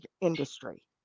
industry